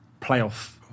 playoff